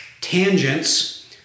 tangents